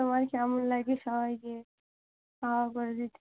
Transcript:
তোমার কেমন লাগে সবাইকে হাওয়া করে দিতে